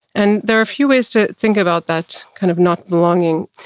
and there are a few ways to think about that, kind of, not belonging.